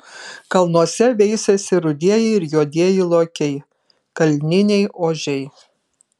kalnuose veisiasi rudieji ir juodieji lokiai kalniniai ožiai